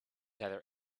either